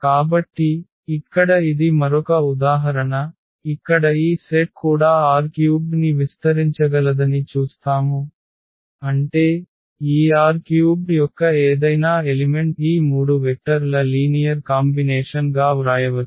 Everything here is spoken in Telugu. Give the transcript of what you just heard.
కాబట్టి ఇక్కడ ఇది మరొక ఉదాహరణ ఇక్కడ ఈ సెట్ కూడా R³ ని విస్తరించగలదని చూస్తాము అంటే ఈ R³ యొక్క ఏదైనా ఎలిమెంట్ ఈ మూడు వెక్టర్ ల లీనియర్ కాంబినేషన్ గా వ్రాయవచ్చు